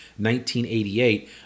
1988